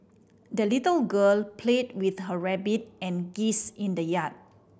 the little girl played with her rabbit and geese in the yard